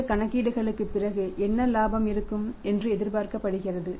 இந்த கணக்கீடுகளுக்குப் பிறகு என்ன இலாபம் இருக்கும் என்று எதிர்பார்க்கப்படுகிறது